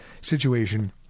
situation